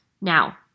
Now